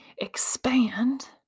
expand